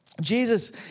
Jesus